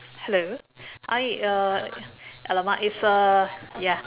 hello hi uh !alamak! is uh ya